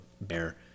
bear